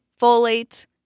folate